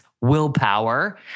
willpower